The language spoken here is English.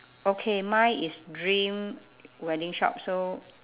okay mine is dream wedding shop so